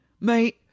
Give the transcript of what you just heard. mate